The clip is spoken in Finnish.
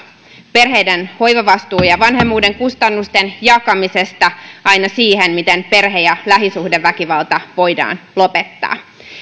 perheiden hoivavastuun ja vanhemmuuden kustannusten jakamisesta aina siihen miten perhe ja lähisuhdeväkivalta voidaan lopettaa